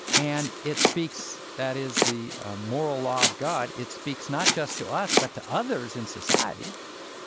and it speaks that is, the moral law of god it speaks not just to us but to others in society.